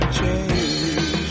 change